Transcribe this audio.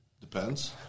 Depends